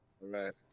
right